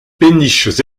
péniches